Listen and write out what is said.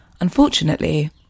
Unfortunately